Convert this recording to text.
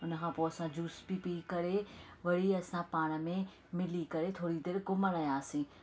हुनखां पोइ असां जूस बि पी करे वरी असां पाण में मिली करे थोरी देरि घुमणु वियासीं